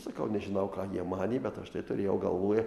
sakau nežinau ką jie manė bet aš tai turėjau galvoj